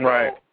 Right